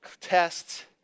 tests